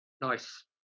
Nice